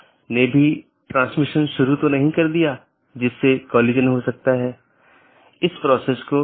क्योंकि जब यह BGP राउटर से गुजरता है तो यह जानना आवश्यक है कि गंतव्य कहां है जो NLRI प्रारूप में है